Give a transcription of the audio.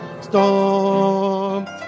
storm